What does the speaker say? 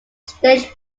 stage